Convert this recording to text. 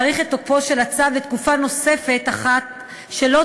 להאריך את תוקפו של הצו לתקופה נוספת אחת שלא